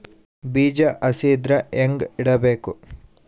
ಬೀಜ ಹಸಿ ಇದ್ರ ಹ್ಯಾಂಗ್ ಇಡಬೇಕು?